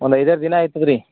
ಒಂದು ಐದಾರು ದಿನ ಆಯ್ತದ್ರಿ